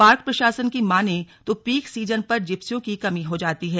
park प्रशासन की माने तो पीक सीजन पर जिप्सियों की कमी हो जाती है